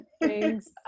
Thanks